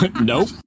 Nope